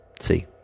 See